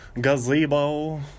gazebo